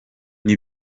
nti